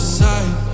side